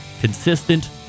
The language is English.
consistent